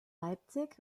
leipzig